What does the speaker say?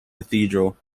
cathedral